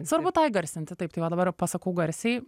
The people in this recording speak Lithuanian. svarbu tą įgarsinti taip tai va dabar pasakau garsiai